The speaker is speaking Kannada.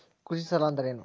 ಕೃಷಿ ಸಾಲ ಅಂದರೇನು?